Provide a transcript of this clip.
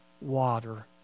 water